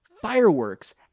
fireworks